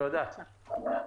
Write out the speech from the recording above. אתם צעירים.